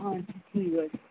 আচ্ছা ঠিক আছে